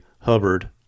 Hubbard